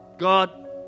God